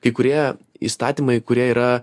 kai kurie įstatymai kurie yra